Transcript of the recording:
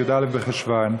בי"א במרחשוון.